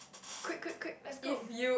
quick quick quick let's go